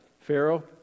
Pharaoh